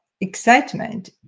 excitement